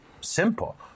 Simple